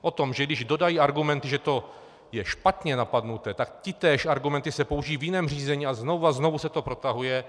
O tom, že když dodají argumenty, že to je špatně napadené, tak tytéž argumenty se použijí v jiném řízení a znovu a znovu se to protahuje.